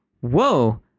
whoa